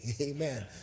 Amen